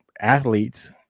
athletes